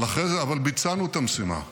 אבל ביצענו את המשימה.